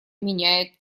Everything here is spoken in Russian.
меняет